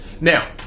Now